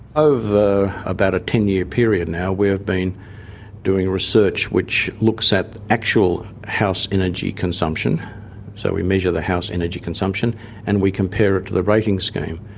over about a ten year period now we've ah been doing research which looks at actual house energy consumption so we measure the house energy consumption and we compare it to the ratings scheme.